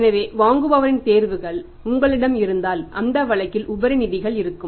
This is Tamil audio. எனவே வாங்குபவரின் தேர்வுகள் உங்களிடம் இருந்தால் அந்த வழக்கில் உபரி நிதிகள் இருக்கும்